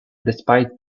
despite